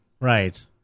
right